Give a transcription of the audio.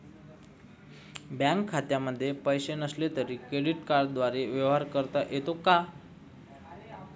Bank खात्यामध्ये पैसे नसले तरी क्रेडिट कार्डद्वारे व्यवहार करता येतो का?